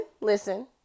listen